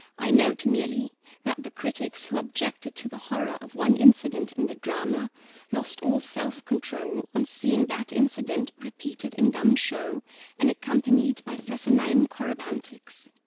i note merely that the critics who objected to the horror of one incident in the drama lost all self-control on seeing that incident repeated in dumb show and accompanied by fescennine corybantics.